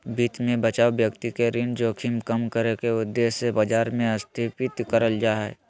वित्त मे बचाव व्यक्ति के ऋण जोखिम कम करे के उद्देश्य से बाजार मे स्थापित करल जा हय